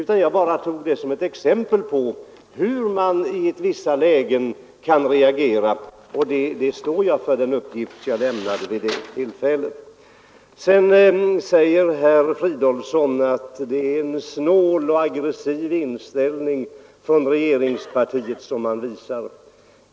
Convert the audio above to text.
Jag tog bara det som ett exempel på hur man i vissa lägen reagerar, och den uppgift jag lämnade står jag för. Vidare sade herr Fridolfsson att det är en snål och aggressiv inställning regeringspartiet här visar.